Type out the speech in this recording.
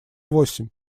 восемь